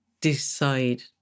decide